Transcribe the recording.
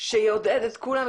שיעודד את כולם.